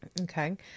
Okay